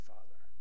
Father